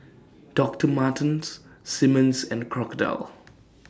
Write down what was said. Doctor Martens Simmons and Crocodile